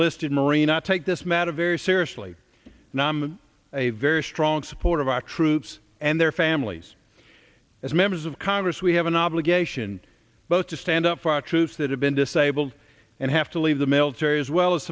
enlisted marine not take this matter very seriously and i'm a very strong supporter of our troops and their families as members of congress we have an obligation both to stand up for our troops that have been disabled and have to leave the military as well as